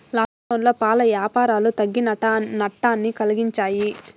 లాక్డౌన్లో పాల యాపారాలు తగ్గి నట్టాన్ని కలిగించాయి